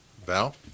Val